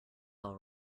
all